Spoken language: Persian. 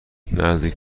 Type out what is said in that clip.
نزدیک